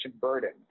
burden